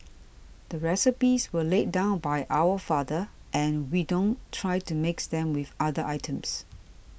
the recipes were laid down by our father and we don't try to mix them with other items